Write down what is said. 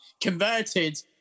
converted